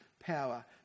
power